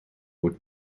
wordt